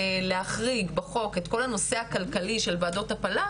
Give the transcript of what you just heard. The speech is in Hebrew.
ופה אנחנו יכולות כבר להתחיל להרגיש את השינוי באופן כמעט מיידי.